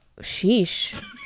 sheesh